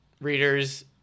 readers